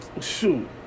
shoot